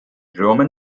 roman